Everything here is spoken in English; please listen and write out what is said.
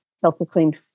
self-proclaimed